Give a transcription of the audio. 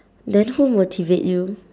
then who motivate you